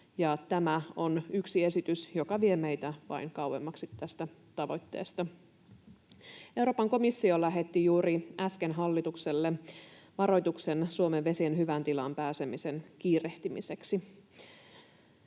tämä on yksi esitys, joka vie meitä vain kauemmaksi tästä tavoitteesta. Euroopan komissio lähetti juuri äsken hallitukselle varoituksen Suomen vesien hyvään tilaan pääsemisen kiirehtimiseksi.